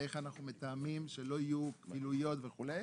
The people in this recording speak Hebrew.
ואיך אנחנו מתאמים שלא יהיו כפילויות וכו'.